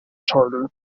charter